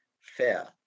fair